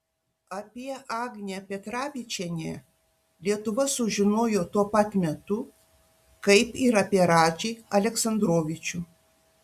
apie agnę petravičienę lietuva sužinojo tuo pat metu kaip ir apie radžį aleksandrovičių